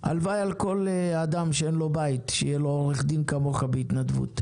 הלוואי על כל אדם שאין לו בית שיהיה לו עורך דין כמוך בהתנדבות,